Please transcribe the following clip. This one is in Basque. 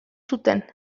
zuten